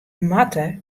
moatte